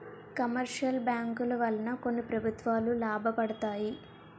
commercial బ్యాంకుల వలన కొన్ని ప్రభుత్వాలు లాభపడతాయి